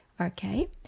Okay